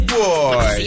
boy